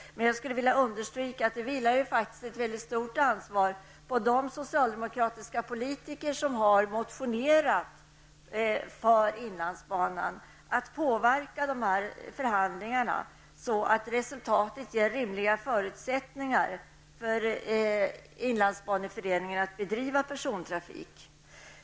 Men jag vill understryka att det faktiskt vilar ett mycket stort ansvar på de socialdemokratiska politiker som har motionerat för inlandsbanan -- att påverka denna förhandling, så att resultatet ger rimliga förutsättningar för inlandsbaneföreningen att bedriva persontrafik.